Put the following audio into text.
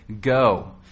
go